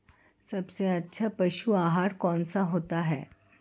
सबसे अच्छा पशु आहार कौन सा होता है?